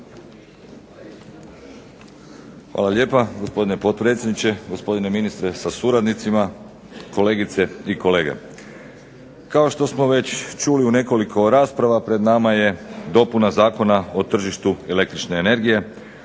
Hvala lijepa, gospodine potpredsjedniče. Gospodine ministre sa suradnicima, kolegice i kolege. Kao što smo već čuli u nekoliko rasprava pred nama je dopuna Zakona o tržištu električne energije